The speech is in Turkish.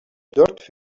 dört